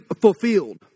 fulfilled